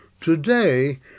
Today